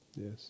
yes